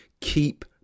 keep